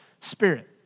spirit